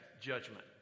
judgment